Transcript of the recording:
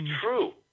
true